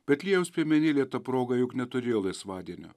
betliejaus piemenėliai ta proga juk neturėjo laisvadienio